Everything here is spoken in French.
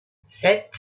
sept